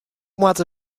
moatte